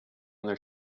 their